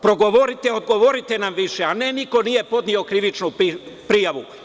Progovorite, odgovorite nam više, a ne niko nije podneo krivičnu prijavu.